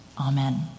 amen